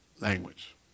language